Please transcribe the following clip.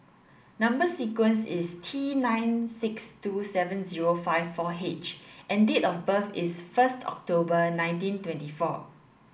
number sequence is T nine six two seven zero five four H and date of birth is first October nineteen twenty four